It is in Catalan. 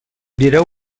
direu